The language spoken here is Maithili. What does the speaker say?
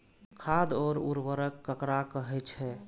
खाद और उर्वरक ककरा कहे छः?